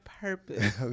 purpose